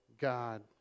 God